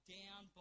down